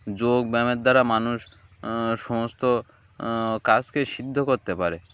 যোগ ব্য্যায়ামের দ্বারা মানুষ সমস্ত কাজকে সিদ্ধ করতে পারে